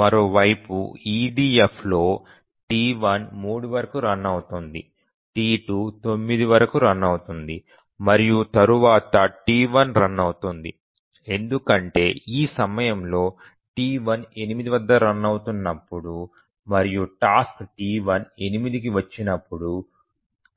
మరో వైపు EDFలో T1 3 వరకు రన్ అవుతుంది T2 9 వరకు రన్ అవుతుంది మరియు తరువాత T1 రన్ అవుతుంది ఎందుకంటే ఈ సమయంలో T1 8 వద్ద రన్ అవుతున్నప్పుడు మరియు టాస్క్ T1 8కి వచ్చినప్పుడు